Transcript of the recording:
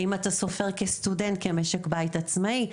האם אתה סופר סטודנט כמשק בית עצמאי,